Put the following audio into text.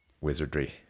wizardry